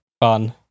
fun